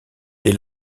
dès